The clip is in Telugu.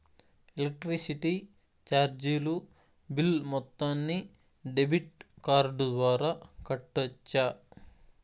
ఎలక్ట్రిసిటీ చార్జీలు బిల్ మొత్తాన్ని డెబిట్ కార్డు ద్వారా కట్టొచ్చా?